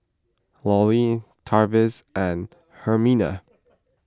Lollie Travis and Herminia